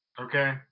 okay